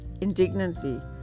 indignantly